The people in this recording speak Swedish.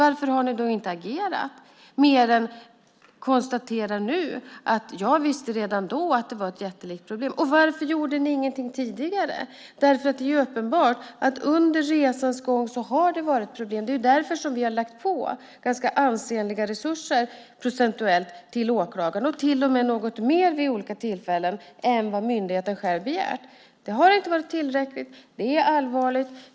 Varför har ni då inte agerat mer än att ni nu konstaterar att ni redan då visste att det var ett jättelikt problem? Varför gjorde ni ingenting tidigare? Det är uppenbart att det under resans gång har varit problem. Det är därför som vi har lagt på ganska ansenliga resurser procentuellt till åklagaren och vid olika tillfällen till och med något mer än vad myndigheten själv begärt. Det har inte varit tillräckligt. Det är allvarligt.